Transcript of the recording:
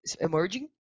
emerging